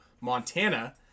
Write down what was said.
Montana